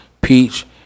peach